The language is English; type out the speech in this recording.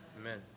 Amen